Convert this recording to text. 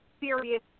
serious